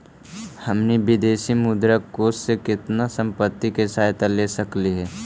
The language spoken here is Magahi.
हमनी विदेशी मुद्रा कोश से केतना संपत्ति के सहायता ले सकलिअई हे?